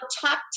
top